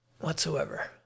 whatsoever